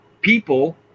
People